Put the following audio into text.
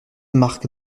marque